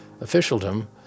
officialdom